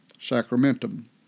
sacramentum